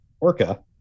Orca